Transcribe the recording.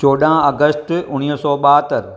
चोडहं अगस्त उणिवीह सौ ॿहतरि